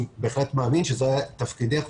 אני בהחלט מאמין שזה תפקידך,